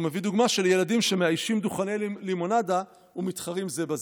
והוא מביא דוגמה של ילדים שמאיישים דוכני לימונדה ומתחרים זה בזה,